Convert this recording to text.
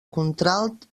contralt